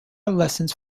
lessons